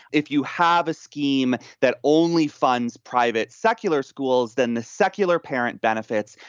if you have a scheme that only funds private secular schools, then the secular parent benefits.